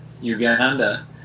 Uganda